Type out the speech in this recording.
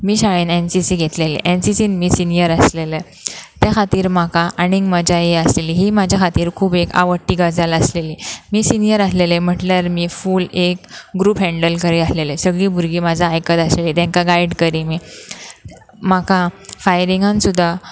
मी शाळेन N C C घेतलेली एनसीसीन मी सिनीयर आसलेले त्या खातीर म्हाका आनीक मजा ही आसलेली ही म्हाज्या खातीर खूब एक आवडटी गजाल आसलेली सिनियर आसलेले म्हटल्यार मी फूल एक ग्रूप हँन्डल करी आसलेले सगळीं भुरगीं म्हाजा आयकत आसली तेंकां गायड करी म्हाका फायरिंगान सुद्दा